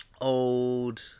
old